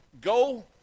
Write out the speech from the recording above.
go